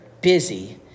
busy